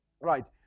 right